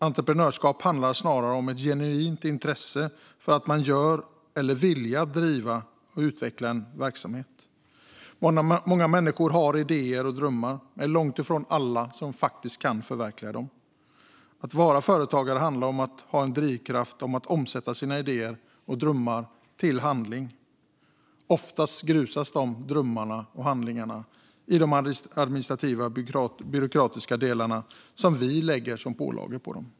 Entreprenörskap handlar snarare om ett genuint intresse för det man gör och en vilja att driva och utveckla en verksamhet. Många människor har idéer och drömmar, men det är långt ifrån alla som kan förverkliga dem. Att vara företagare handlar om att ha en drivkraft att kunna omsätta sina idéer och drömmar i handling. Oftast grusas dessa idéer och drömmar i de administrativa, byråkratiska delar som vi lägger som pålagor på dem.